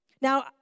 Now